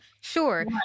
sure